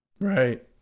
Right